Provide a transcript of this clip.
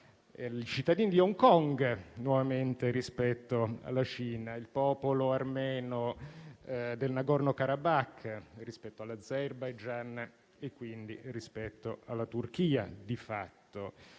i cittadini di Hong Kong nuovamente rispetto alla Cina; il popolo armeno del Nagorno Karabakh rispetto all'Azerbaijan e quindi rispetto alla Turchia, di fatto;